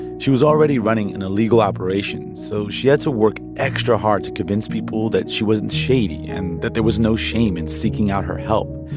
she was already running an illegal operation, so she had to work extra hard to convince people that she wasn't shady and that there was no shame in seeking out her help.